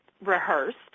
rehearsed